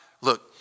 Look